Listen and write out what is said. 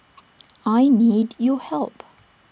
I need your help